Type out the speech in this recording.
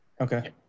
okay